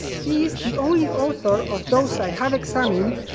he's the only author, of those i have examined,